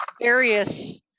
various